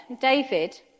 David